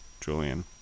Julian